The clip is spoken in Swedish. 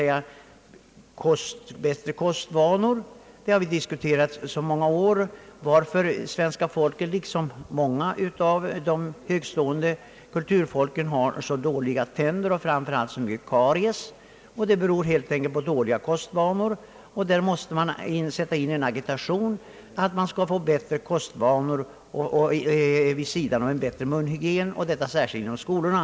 Vi har i många år diskuterat varför svenska folket, liksom många andra av de högt stående kulturfolken, har så dåliga tänder och framför allt karies. Det beror helt enkelt på dåliga kostvanor. Därför måste man vid sidan av en bättre munhygien sätta in en agitation för bättre kostvanor och detta särskilt inom skolorna.